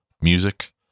music